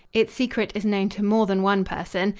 its secret is known to more than one person.